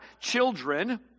children